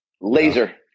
laser